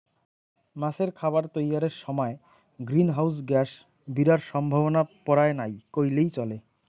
মাছের খাবার তৈয়ারের সমায় গ্রীন হাউস গ্যাস বিরার সম্ভাবনা পরায় নাই কইলেই চলে